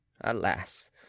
alas